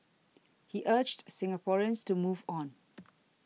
he urged Singaporeans to move on